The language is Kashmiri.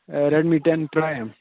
A Redmi ten prime